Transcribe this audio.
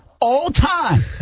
all-time